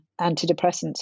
antidepressants